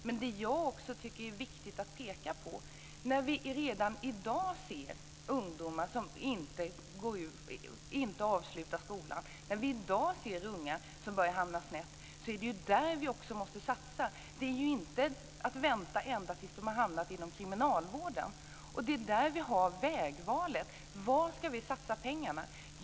Men jag tycker också att det är viktigt att peka på att när vi redan i dag ser ungdomar som inte avslutar skolan, när vi ser ungar som börjar hamna snett, måste vi satsa. Vi kan inte vänta ända tills de har hamnat inom kriminalvården. Det är där vi har vägvalet och kan avgöra var vi ska satsa pengarna.